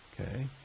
Okay